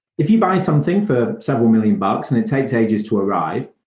if you buy something for several millions bucks and it takes ages to arrive,